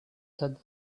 said